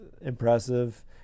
impressive